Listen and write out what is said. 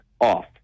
off